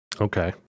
Okay